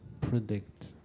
predict